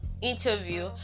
interview